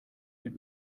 den